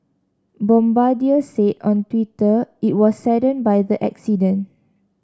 Bombardier said on Twitter it was saddened by the accident